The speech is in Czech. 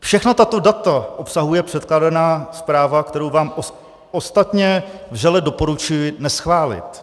Všechna tato data obsahuje předkládaná zpráva, kterou vám ostatně vřele doporučuji neschválit.